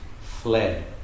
fled